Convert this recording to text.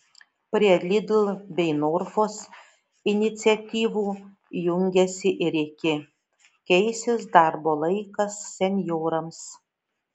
prie lidl bei norfos iniciatyvų jungiasi ir iki keisis darbo laikas senjorams